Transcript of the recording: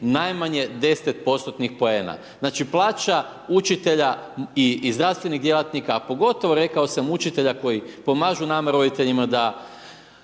najmanje 10%-tnih poena. Znači plaća učitelja i zdravstvenih djelatnika, a pogotovo rekao sam učitelja koji pomažu nama roditeljima da